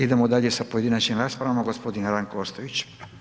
Idemo dalje sa pojedinačnim raspravama, gospodin Ranko Ostojić.